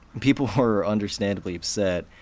people were understandably upset,